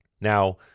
now